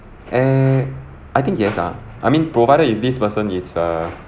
!ee! and I think yes ah I mean provided if this person it's err